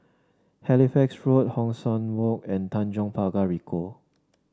Halifax Road Hong San Walk and Tanjong Pagar Ricoh